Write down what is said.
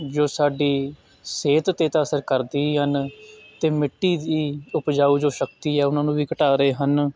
ਜੋ ਸਾਡੀ ਸਿਹਤ 'ਤੇ ਤਾਂ ਅਸਰ ਕਰਦੀ ਹੀ ਹਨ ਅਤੇ ਮਿੱਟੀ ਦੀ ਉਪਜਾਊ ਜੋ ਸ਼ਕਤੀ ਹੈ ਉਹਨਾਂ ਨੂੰ ਵੀ ਘਟਾ ਰਹੇ ਹਨ